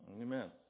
Amen